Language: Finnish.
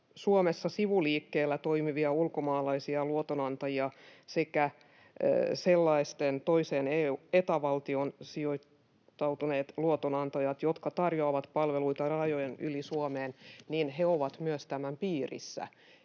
Suomessa sivuliikkeellä toimivat ulkomaalaiset luotonantajat sekä sellaiset toiseen Eta-valtioon sijoittautuneet luotonantajat, jotka tarjoavat palveluita rajojen yli Suomeen, ovat myös tämän piirissä.